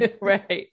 Right